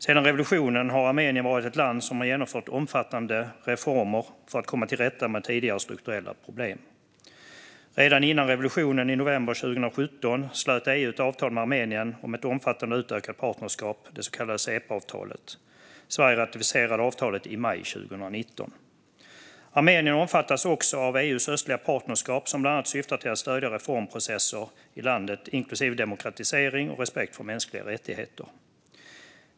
Sedan revolutionen har Armenien varit ett land som har genomfört omfattande reformer för att komma till rätta med tidigare strukturella problem. Redan innan revolutionen, i november 2017, slöt EU ett avtal med Armenien om ett omfattande och utökat partnerskap, det så kallade Cepaavtalet. Sverige ratificerade avtalet i maj 2019. Armenien omfattas också av EU:s östliga partnerskap, som bland annat syftar till att stödja reformprocesser i landet, inklusive demokratisering och respekt för mänskliga rättigheter.